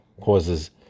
causes